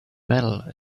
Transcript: medal